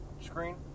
screen